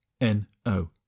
N-O